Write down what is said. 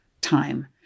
time